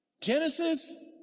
Genesis